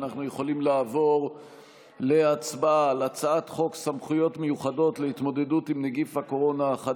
אנחנו יכולים לעבור להצבעה על הצעת חוק סמכויות מיוחדות